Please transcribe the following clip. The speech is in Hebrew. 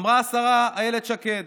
אמרה השרה אילת שקד